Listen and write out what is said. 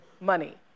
money